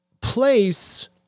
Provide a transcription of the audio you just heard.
place